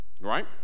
Right